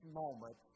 moment